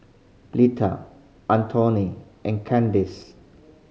Leta Antone and Kandace